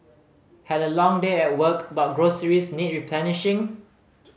had a long day at work but groceries need replenishing